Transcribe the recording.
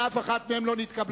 ואף אחת מהן לא התקבלה,